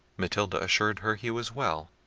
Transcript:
matilda assured her he was well,